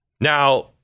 Now